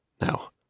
Now